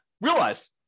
realize